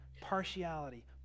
partiality